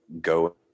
go